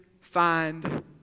find